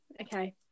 Okay